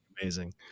Amazing